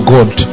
God